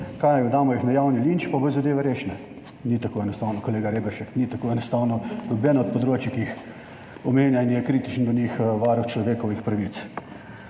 damo jih na javni linč pa bodo zadeve rešene. Ni tako enostavno, kolega Reberšek. Ni tako enostavno, nobeno od področij, ki jih omenja in je kritičen do njih Varuh človekovih pravic.